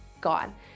gone